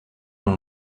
con